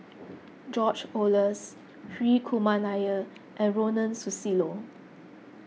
George Oehlers Hri Kumar Nair and Ronald Susilo